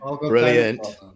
Brilliant